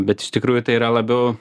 bet iš tikrųjų tai yra labiau